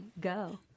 go